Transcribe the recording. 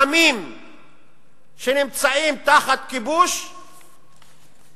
עמים שנמצאים תחת כיבוש נאבקים